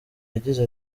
yagize